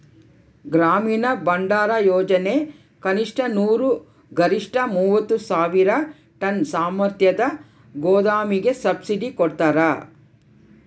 ಗ್ರಾಮೀಣ ಭಂಡಾರಯೋಜನೆ ಕನಿಷ್ಠ ನೂರು ಗರಿಷ್ಠ ಮೂವತ್ತು ಸಾವಿರ ಟನ್ ಸಾಮರ್ಥ್ಯದ ಗೋದಾಮಿಗೆ ಸಬ್ಸಿಡಿ ಕೊಡ್ತಾರ